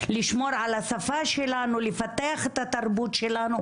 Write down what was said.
לשמור על השפה שלנו לפתח את התרבות שלנו,